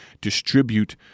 distribute